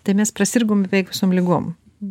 tai mes prasirgom beveik visom ligom